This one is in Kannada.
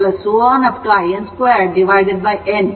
in 2n ಗೆ ಸಮಾನವಾಗಿರುತ್ತದೆ